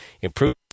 Improve